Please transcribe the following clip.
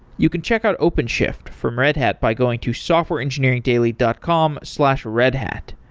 you can check out openshift from red hat by going to softwareengineeringdaily dot com slash redhat.